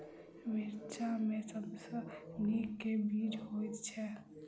मिर्चा मे सबसँ नीक केँ बीज होइत छै?